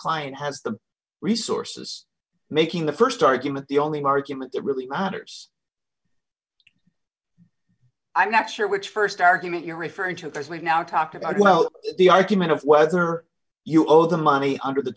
client has the resources making the st argument the only argument that really matters i'm not sure which st argument you're referring to there's we now talk about well the argument of whether you owe them money under the